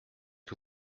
que